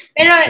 Pero